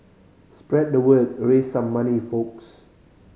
spread the word raise some money folks